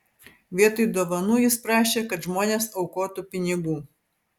vietoj dovanų jis prašė kad žmonės aukotų pinigų